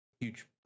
huge